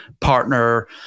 partner